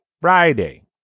Friday